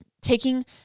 taking